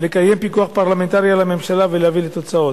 לקיים פיקוח פרלמנטרי על הממשלה ולהביא לתוצאות.